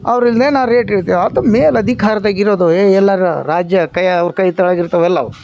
ಅವರಲ್ಲೇ ನಾ ರೇಟ್ ಹೇಳ್ತಿ ಅದು ಮೇಲೆ ಅಧಿಕಾರದಾಗಿರೋದು ಎಲ್ಲರ ರಾಜ್ಯ ಕೈ ಅವ್ರು ಕೈ ಕೆಳಗಿರ್ತವಲ್ಲ ಅವು